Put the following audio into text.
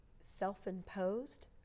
self-imposed